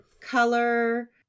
color